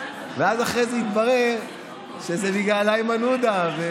ואז אחרי זה התברר שזה בגלל איימן עודה.